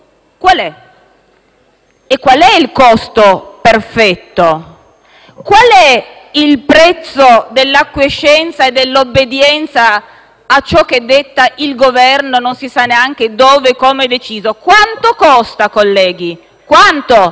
Qual è il prezzo dell'acquiescenza e dell'obbedienza a ciò che detta il Governo, deciso non si sa neanche dove e come? Quanto costa, colleghi? Quanto? Ditecelo, perché gli italiani vogliono saperlo.